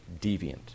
deviant